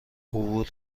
عبور